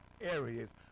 areas